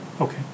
Okay